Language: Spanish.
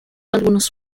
algunos